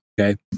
Okay